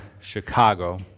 Chicago